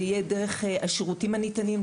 זה יהיה גם באמצעות השירותים הניתנים,